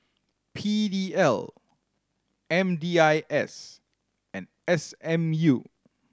P D L M D I S and S M U